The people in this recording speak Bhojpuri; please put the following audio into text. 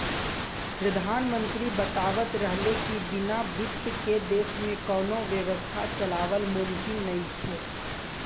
प्रधानमंत्री बतावत रहले की बिना बित्त के देश में कौनो व्यवस्था चलावल मुमकिन नइखे